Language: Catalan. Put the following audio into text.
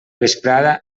vesprada